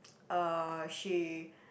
uh she